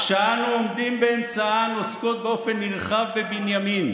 שאנו עומדים באמצען, עוסקות באופן נרחב בבנימין,